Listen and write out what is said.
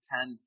Ten